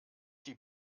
die